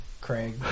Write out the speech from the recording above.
Craig